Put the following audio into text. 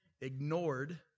ignored